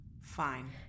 Fine